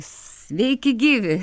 sveiki gyvi